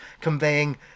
conveying